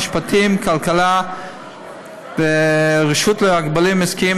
המשפטים והכלכלה והרשות להגבלים עסקיים,